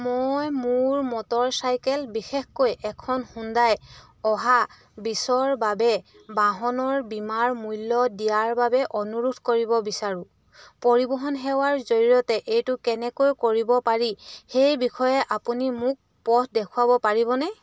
মই মোৰ মটৰচাইকেল বিশেষকৈ এখন হুণ্ডাই অহা বিছৰ বাবে বাহনৰ বীমাৰ মূল্য দিয়াৰ বাবে অনুৰোধ কৰিব বিচাৰোঁ পৰিবহণ সেৱাৰ জৰিয়তে এইটো কেনেকৈ কৰিব পাৰি সেই বিষয়ে আপুনি মোক পথ দেখুৱাব পাৰিবনে